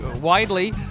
widely